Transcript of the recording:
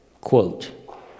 Quote